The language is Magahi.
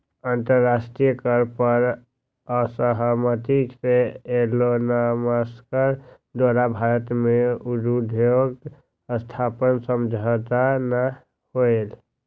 अंतरराष्ट्रीय कर पर असहमति से एलोनमस्क द्वारा भारत में उद्योग स्थापना समझौता न होलय